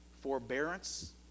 Forbearance